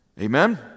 Amen